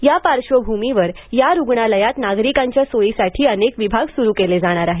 या पार्श्वभूमीवर या रूग्णालयात नागरिकांच्या सोयीसाठी अनेक विभाग सुरू केले जाणार आहेत